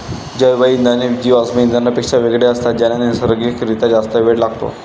जैवइंधन हे जीवाश्म इंधनांपेक्षा वेगळे असतात ज्यांना नैसर्गिक रित्या जास्त वेळ लागतो